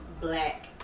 black